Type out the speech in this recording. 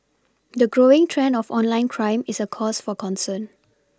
the growing trend of online crime is a cause for concern